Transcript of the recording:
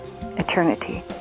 eternity